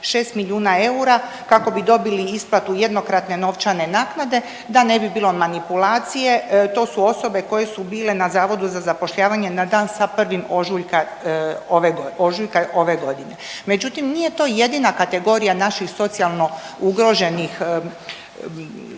6 milijuna eura kako bi dobili isplatu jednokratne novčane naknade da ne bi bilo manipulacije. To su osobe koje su bile na Zavodu za zapošljavanje na dan sa 1. ožujka ove godine. Međutim, nije to jedina kategorija naših socijalno ugroženih